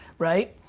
right.